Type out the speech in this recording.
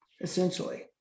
essentially